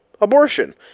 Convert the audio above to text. abortion